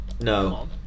No